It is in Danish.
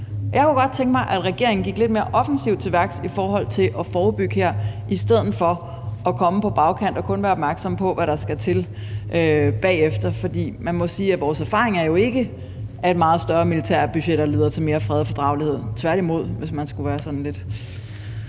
Jeg kunne godt tænke mig, at regeringen gik lidt mere offensivt til værks i forhold til at forebygge her i stedet for at komme på bagkant og kun være opmærksom på, hvad der skal til bagefter. For man må sige, at vores erfaringer jo ikke viser, at meget større militærbudgetter leder til mere fred og fordragelighed, tværtimod, hvis man sådan skulle sætte tingene lidt